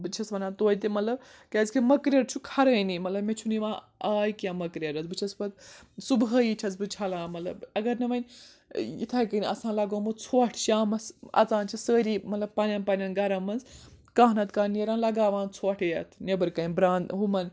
بہٕ چھَس وَنان توتہِ مطلب کیٛازِ کہِ مٔکریر چھُ خرٲنی مطلب مےٚ چھُ نہٕ یِوان آے کینٛہہ مٔکریرَس بہٕ چھَس پَتہٕ صُبحٲی چھَس بہٕ چھَلان مطلب اگر نہٕ وۄنۍ اِتھے کٔنۍ آسان لَگومُت ژھۄٹھ شامَس اَژان چھِ سٲری مطلب پَنین پَنین گَن مَنٛز کانٛہہ نَہ تہٕ کانٛہہ نیران لَگاو ان ژھۄٹھ یَتھ نی۪برٕ کَنۍ بران ہُمَن